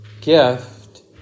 gift